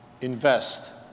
invest